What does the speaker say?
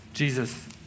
Jesus